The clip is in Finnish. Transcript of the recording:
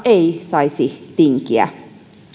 ei saisi tinkiä